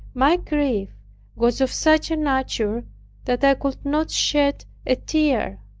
my grief was of such a nature that i could not shed a tear.